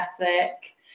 ethic